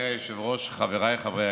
של העם.